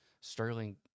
Sterling